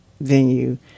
Venue